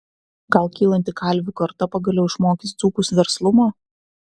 gal kylanti kalvių karta pagaliau išmokys dzūkus verslumo